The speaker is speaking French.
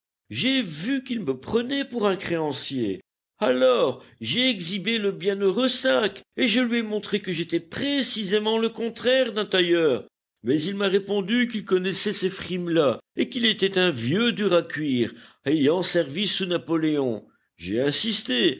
j'ai vu qu'il me prenait pour un créancier alors j'ai exhibé le bienheureux sac et je lui ai montré que j'étais précisément le contraire d'un tailleur mais il m'a répondu qu'il connaissait ces frimes là et qu'il était un vieux dur à cuire ayant servi sous napoléon j'ai insisté